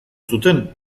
zuten